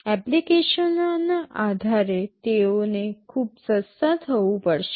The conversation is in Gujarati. એપ્લિકેશનોના આધારે તેઓને ખૂબ સસ્તા થવું પડશે